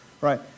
Right